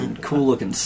Cool-looking